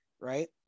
Right